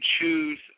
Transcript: choose